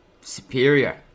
superior